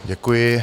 Děkuji.